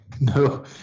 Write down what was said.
No